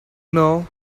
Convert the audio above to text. know